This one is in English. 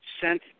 sent